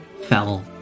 fell